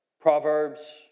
Proverbs